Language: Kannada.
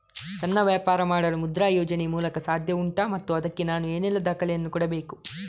ಸಣ್ಣ ವ್ಯಾಪಾರ ಮಾಡಲು ಮುದ್ರಾ ಯೋಜನೆ ಮೂಲಕ ಸಾಧ್ಯ ಉಂಟಾ ಮತ್ತು ಅದಕ್ಕೆ ನಾನು ಏನೆಲ್ಲ ದಾಖಲೆ ಯನ್ನು ಕೊಡಬೇಕು?